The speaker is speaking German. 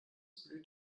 blüht